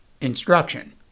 instruction